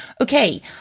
Okay